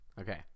Okay